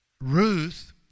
Ruth